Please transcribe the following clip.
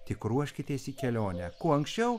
tik ruoškitės į kelionę kuo anksčiau